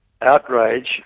Outrage